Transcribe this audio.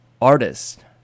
artist